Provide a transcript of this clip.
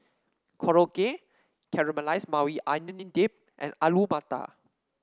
Korokke Caramelized Maui Onion Dip and Alu Matar